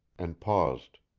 and paused.